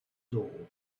door